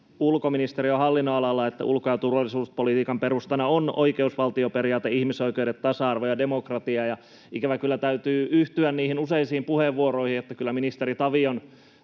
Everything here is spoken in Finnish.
ulkoministeriön hallinnonalalla, että ulko- ja turvallisuuspolitiikan perustana on oikeusvaltioperiaate, ihmisoikeudet, tasa-arvo ja demokratia. Ikävä kyllä, täytyy yhtyä niihin useisiin puheenvuoroihin, että kyllä ministeri Tavion